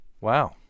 Wow